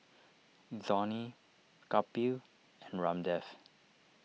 Dhoni Kapil and Ramdev